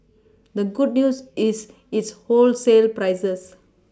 the good news is its wholesale prices